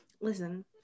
listen